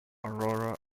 aurora